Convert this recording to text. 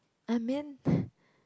I mean